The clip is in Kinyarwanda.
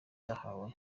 cyahawe